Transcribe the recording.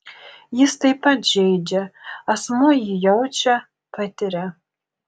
jis taip pat žeidžia asmuo jį jaučia patiria